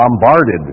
bombarded